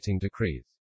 decrees